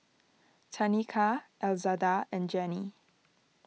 Tanika Elzada and Janey